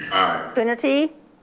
coonerty.